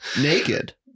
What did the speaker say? naked